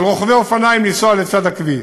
על רוכבי אופניים לנסוע לצד הכביש.